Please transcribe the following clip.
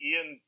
Ian